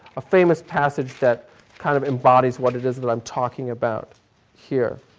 a famous passage that kind of embodies what it is that i'm talking about here.